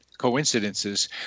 coincidences